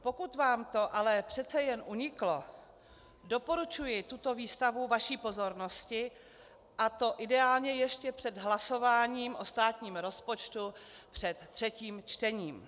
Pokud vám to ale přece jen uniklo, doporučuji tuto výstavu vaší pozornosti, a to ideálně ještě před hlasováním o státním rozpočtu před třetím čtením.